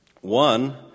One